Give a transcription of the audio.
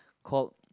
called